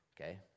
okay